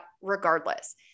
regardless